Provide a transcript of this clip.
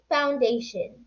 Foundation